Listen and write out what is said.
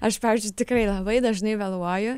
aš pavyzdžiui tikrai labai dažnai vėluoju